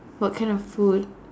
what kind of food